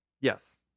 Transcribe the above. Yes